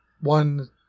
one